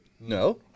no